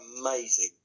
amazing